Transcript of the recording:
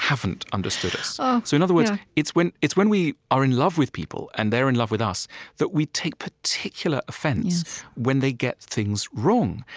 haven't understood us so in other words, it's when it's when we are in love with people and they're in love with us that we take particular offense when they get things wrong.